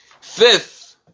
fifth